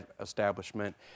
establishment